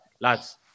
lads